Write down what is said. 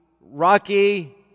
Rocky